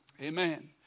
Amen